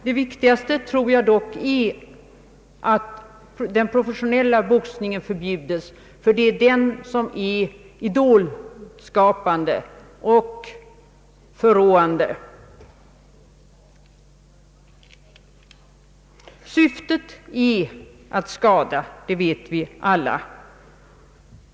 Det viktigaste är dock att den professionella boxningen förbjudes; det är den som är idolskapande och förråande. Syftet är att skada, det vet vi alla.